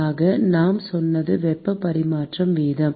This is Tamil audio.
ஆக நாம் சொன்னது வெப்ப பரிமாற்ற வீதம்